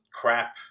crap